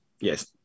yes